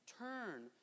Turn